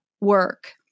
work